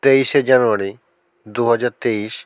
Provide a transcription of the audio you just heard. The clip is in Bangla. তেইশে জানুয়ারি দু হাজার তেইশ